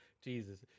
Jesus